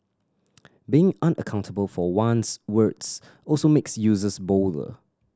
being unaccountable for one's words also makes users bolder